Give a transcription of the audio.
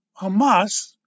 Hamas